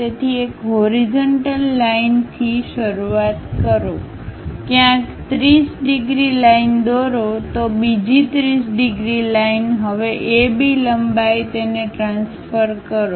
તેથી એક horizontal line થી શરૂઆત કરો ક્યાંક 30 ડિગ્રી લાઈનદોરો તો બીજી 30 ડિગ્રી લાઈન હવે A B લંબાઈ તેને ટ્રાન્સફર કરો